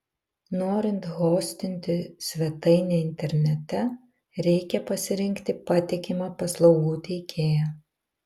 norint hostinti svetainę internete reikia pasirinkti patikimą paslaugų teikėją